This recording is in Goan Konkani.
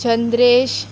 चंद्रेश